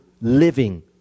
living